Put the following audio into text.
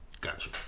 Gotcha